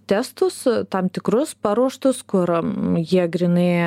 testus tam tikrus paruoštus kur jie grynai